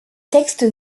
textes